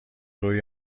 روی